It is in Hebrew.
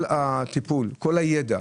כל הטיפול, כל הידע,